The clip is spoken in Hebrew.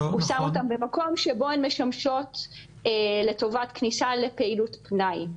הוא שם אותן במקום שבו הן משמשות לטובת כניסה לפעילות פנאי.